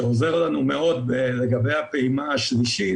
שעוזר לנו מאוד לגבי הפעימה השלישית